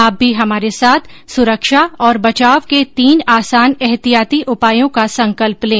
आप भी हमारे साथ सुरक्षा और बचाव के तीन आसान एहतियाती उपायों का संकल्प लें